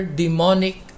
demonic